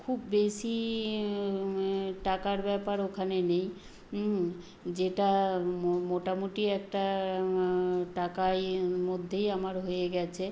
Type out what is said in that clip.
খুব বেশি টাকার ব্যাপার ওখানে নেই যেটা মোটামুটি একটা টাকায় মধ্যেই আমার হয়ে গেছে